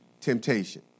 temptation